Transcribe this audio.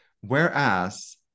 Whereas